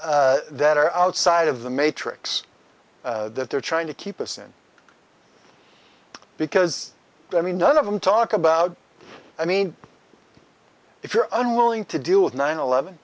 that are outside of the matrix that they're trying to keep us in because i mean none of them talk about i mean if you're unwilling to do with nine eleven